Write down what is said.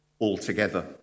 altogether